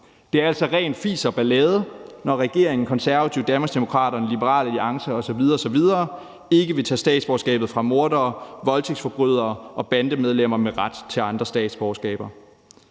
Det er altså ren fis og ballade, når regeringen, Konservative, Danmarksdemokraterne, Liberal Alliance osv. osv. ikke vil tage statsborgerskabet fra mordere, voldtægtsforbrydere og bandemedlemmer med ret til andre statsborgerskaber.